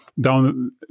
Down